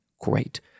great